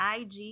ig